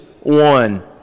one